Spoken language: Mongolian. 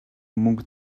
мөнгө